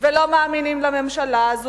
ולא מאמינים לממשלה הזאת,